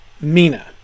Mina